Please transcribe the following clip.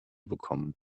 bekommen